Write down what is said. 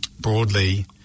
broadly